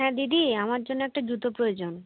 হ্যাঁ দিদি আমার জন্য একটা জুতো প্রয়োজন